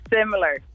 Similar